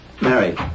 Mary